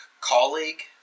colleague